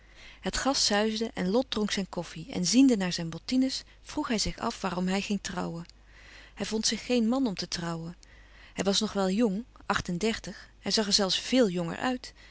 het gas suisde en lot dronk zijn koffie en ziende naar zijn bottines vroeg hij zich af waarom hij ging trouwen hij vond zich geen man om te trouwen hij was nog wel jong acht-en-dertig hij zag er zelfs véel jonger uit